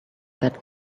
that